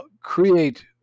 create